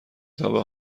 تابه